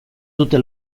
dute